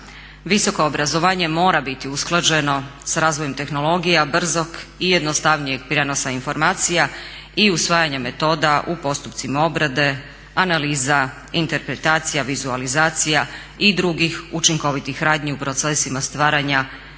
Visoko obrazovanje mora biti usklađeno s razvojem tehnologija, brzog i jednostavnijeg prijenosa informacija i usvajanje metoda u postupcima obrade, analiza, interpretacija, vizualizacija i drugih učinkovitih radnji u procesima stvaranja konačnog